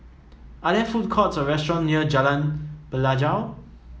are there food courts or restaurants near Jalan Pelajau